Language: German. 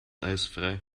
eisfrei